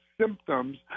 symptoms